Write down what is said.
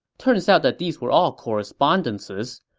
turns out that these were all correspondences.